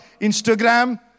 Instagram